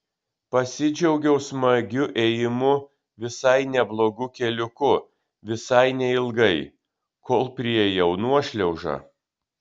pasidžiaugiau smagiu ėjimu visai neblogu keliuku visai neilgai kol priėjau nuošliaužą